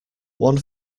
one